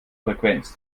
frequenz